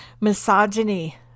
Misogyny